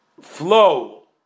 flow